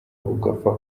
ugapfa